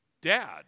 Dad